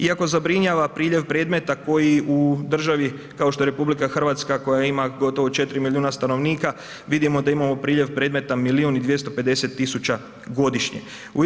Iako zabrinjava priljev predmeta koji u državni kao što RH koja ima gotovo 4 milijuna stanovnika vidimo da imamo priljev predmeta milion i 250 tisuća godišnje.